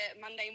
Monday